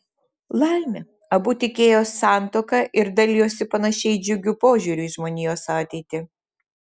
laimė abu tikėjo santuoka ir dalijosi panašiai džiugiu požiūriu į žmonijos ateitį